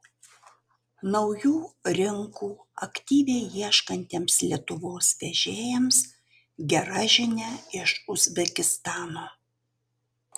naujų rinkų aktyviai ieškantiems lietuvos vežėjams gera žinia iš uzbekistano